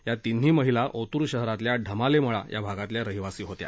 या तिन्ही महिला ओतूर शहरातल्या ढमालेमळा भागातल्या रहिवासी होत्या